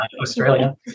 Australia